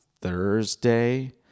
Thursday